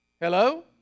Hello